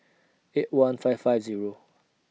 eight one five five Zero